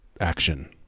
action